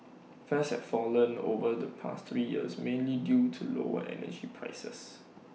fares have fallen over the past three years mainly due to lower energy prices